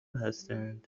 هستند